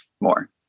more